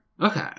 Okay